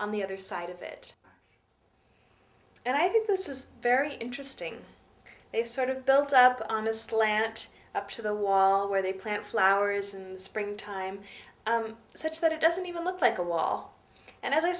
on the other side of it and i think this is very interesting they sort of built up on a slant to the wall where they plant flowers in the spring time such that it doesn't even look like a wall and as i